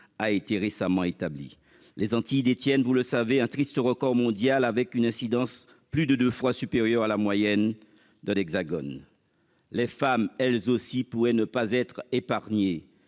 a été récemment établi les Antilles détiennent, vous le savez, un triste record mondial avec une incidence. Plus de 2 fois supérieur à la moyenne de l'Hexagone. Les femmes elles-aussi pourrait ne pas être épargnée